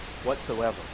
whatsoever